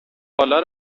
بالا